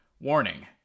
Warning